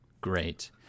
Great